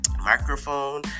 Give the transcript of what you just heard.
microphone